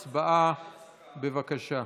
הצבעה, בבקשה.